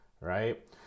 right